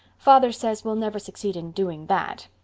father says we'll never succeed in doing that.